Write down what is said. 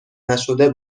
نشده